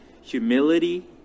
humility